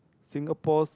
Singapore's